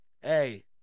Hey